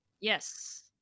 Yes